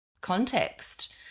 context